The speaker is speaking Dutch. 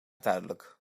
duidelijk